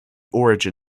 origin